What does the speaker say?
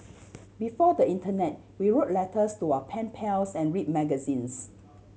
before the internet we wrote letters to our pen pals and read magazines